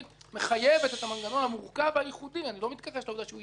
מחייבת את המנגנון המורכב והייחודי ואני לא מתכחש לעובדה שהוא ייחודי